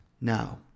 now